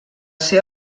ser